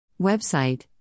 Website